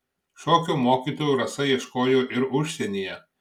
šokio mokytojų rasa ieškojo ir užsienyje